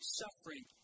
suffering